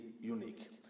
unique